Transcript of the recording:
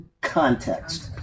context